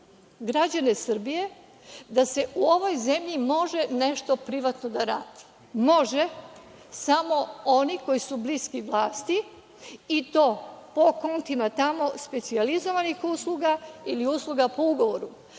građane Srbije da se u ovoj zemlji može nešto privatno raditi. Može, ali samo oni koji su bliski vlasti i to po kontima tamo specijalizovanih usluga ili uslugama po ugovoru,